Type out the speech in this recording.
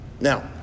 Now